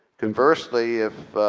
conversely if